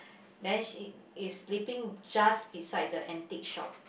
then she is sleeping just beside the antique shop